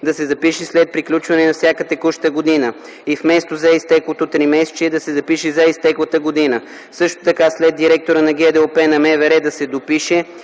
да се запише „след приключване на всяка текуща година” и вместо „за изтеклото тримесечие” да се запише „за изтеклата година”. Също така след „директора на ГДОП на МВР” да се допише